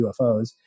UFOs